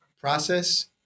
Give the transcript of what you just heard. process